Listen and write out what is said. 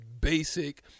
basic